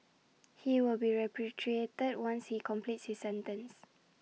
he will be repatriated once he completes his sentence